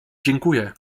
dziękuję